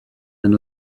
and